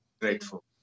grateful